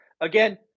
Again